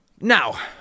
Now